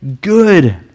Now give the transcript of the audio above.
good